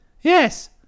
Yes